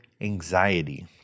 anxiety